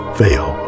fail